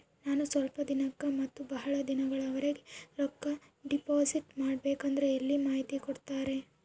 ನಾನು ಸ್ವಲ್ಪ ದಿನಕ್ಕ ಮತ್ತ ಬಹಳ ದಿನಗಳವರೆಗೆ ರೊಕ್ಕ ಡಿಪಾಸಿಟ್ ಮಾಡಬೇಕಂದ್ರ ಎಲ್ಲಿ ಮಾಹಿತಿ ಕೊಡ್ತೇರಾ?